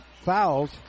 fouls